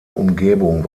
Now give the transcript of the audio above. umgebung